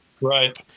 Right